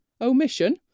omission